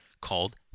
called